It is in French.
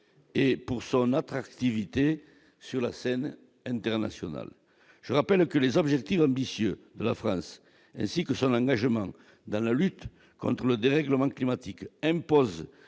et pour son attractivité sur la scène internationale, je rappelle que les objets qui l'homme vicieux la France ainsi que son engagement dans la lutte contre le dérèglement climatique impose